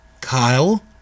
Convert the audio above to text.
Kyle